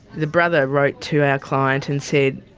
the brother wrote to our client and said,